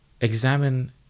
Examine